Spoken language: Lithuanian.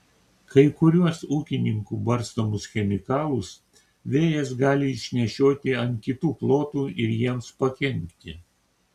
kai kuriuos ūkininkų barstomus chemikalus vėjas gali išnešioti ant kitų plotų ir jiems pakenkti